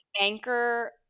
anchor